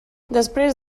després